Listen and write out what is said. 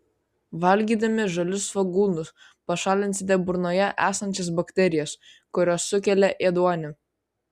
valgydami žalius svogūnus pašalinsite burnoje esančias bakterijas kurios sukelia ėduonį